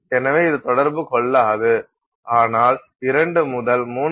எனவே இது தொடர்பு கொள்ளாது ஆனால் 2 முதல் 3